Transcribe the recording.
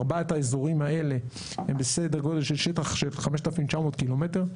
ארבעת האזורים האלה הם בסדר גודל של שטח של 5,900 קילומטר.